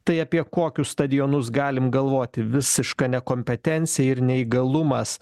tai apie kokius stadionus galim galvoti visiška nekompetencija ir neįgalumas